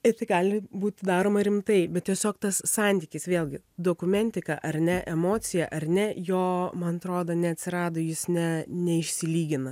ir tai gali būt daroma rimtai bet tiesiog tas santykis vėlgi dokumentika ar ne emocija ar ne jo man atrodo neatsirado jis ne neišsilygina